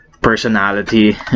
personality